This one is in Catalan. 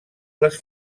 les